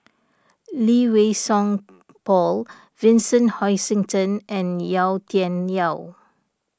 Lee Wei Song Paul Vincent Hoisington and Yau Tian Yau